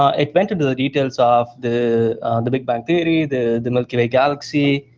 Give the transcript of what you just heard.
ah it went into the details of the the big bang theory, the the milky way galaxy,